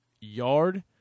yard